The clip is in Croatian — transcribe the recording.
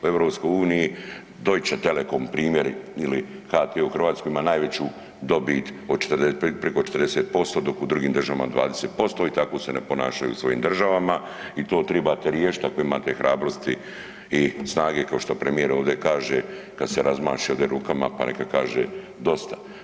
U Europskoj uniji Deutsche Telecom primjeri ili HT u Hrvatskoj ima najveću dobit, preko 40% dok u drugim državama 20% i tako se ne ponašaju u svojim državama i to trebate riješiti ako imate hrabrosti i snage, kao što premijer ovdje kaže kada se razmaše ovdje rukama, pa neka kaže dosta.